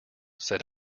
said